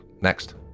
next